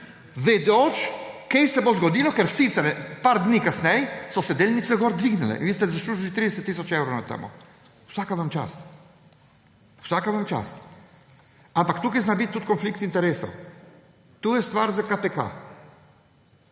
vedoč, kaj se bo zgodilo, ker sicer nekaj dni kasneje so se delnice gor dvignile. In vi ste zaslužili že 30 tisoč evrov na tem – vsaka vam čas, vsaka vam čas. Tukaj zna biti tudi konflikt interesov. To je stvar za KPK,